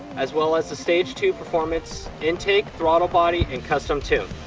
as well as a stage two performance intake throttle body and custom tune.